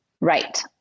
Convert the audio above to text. Right